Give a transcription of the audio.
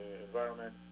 environment